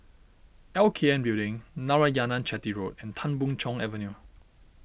L K N Building Narayanan Chetty Road and Tan Boon Chong Avenue